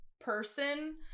person